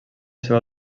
seva